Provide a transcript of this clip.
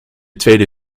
tweede